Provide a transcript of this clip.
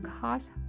cause